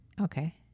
Okay